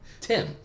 Tim